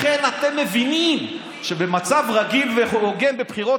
לכן אתם מבינים שבמצב רגיל והוגן בבחירות